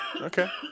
Okay